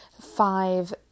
five